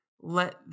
let